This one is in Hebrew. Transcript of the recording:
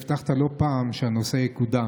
הבטחת לא פעם שהנושא יקודם.